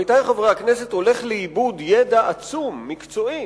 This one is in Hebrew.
עמיתי חברי הכנסת, הולך לאיבוד ידע עצום, מקצועי,